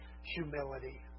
humility